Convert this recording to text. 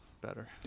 better